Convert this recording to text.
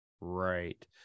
Right